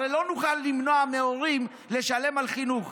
הרי לא נוכל למנוע מהורים לשלם על חינוך.